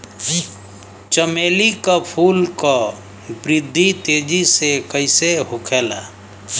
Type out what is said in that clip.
चमेली क फूल क वृद्धि तेजी से कईसे होखेला?